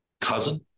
cousin